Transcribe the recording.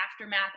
aftermath